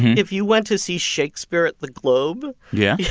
if you went to see shakespeare at the globe. yeah yeah